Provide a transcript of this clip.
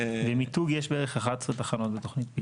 למיתוג יש בערך 11 תחנות בתוכנית,